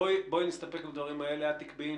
ברור שלטובת המדריכים והתעסוקה של אלפי אנשים שאנחנו שומעים,